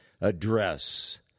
address